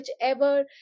whichever